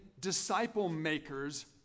disciple-makers